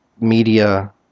media